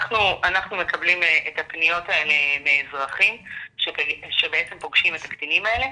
אנחנו מקבלים את הפניות האלה מאזרחים שבעצם פוגשים את הקטינים האלה.